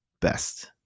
best